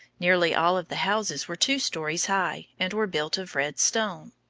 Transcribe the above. nearly all of the houses were two stories high, and were built of red stone.